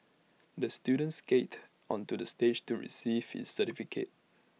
the student skated onto the stage to receive his certificate